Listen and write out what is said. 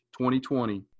2020